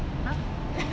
!huh!